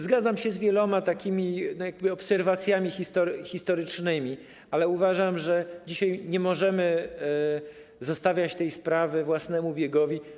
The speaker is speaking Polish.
Zgadzam się z wieloma takimi obserwacjami historycznymi, ale uważam, że dzisiaj nie możemy zostawiać tej sprawy własnemu biegowi.